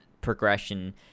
progression